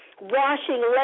washing